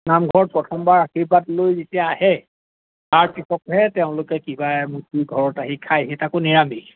নামঘৰত প্ৰথমবাৰ আশীৰ্বাদ লৈ যেতিয়া আহে তাৰ পিছতহে তেওঁলোকে কিবা এমুঠি ঘৰত আহি খায় সেই তাকো নিৰামিষ